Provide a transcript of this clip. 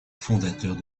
fondateurs